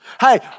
Hey